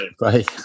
Right